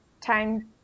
time